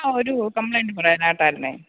ആ ഒരു കംപ്ലയിന്റ് പറയാനായിട്ടായിരുന്നേ